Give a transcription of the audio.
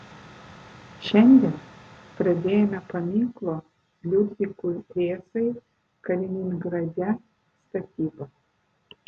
šiandien pradėjome paminklo liudvikui rėzai kaliningrade statybą